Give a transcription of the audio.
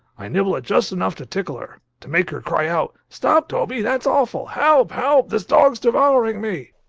i nibble it just enough to tickle her to make her cry out stop, toby! that's awful! help! help! this dog's devouring me!